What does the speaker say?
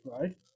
right